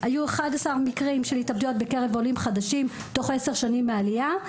היו 11 מקרים של התאבדויות בקרב עולים חדשים תוך עשר שנים מהעלייה,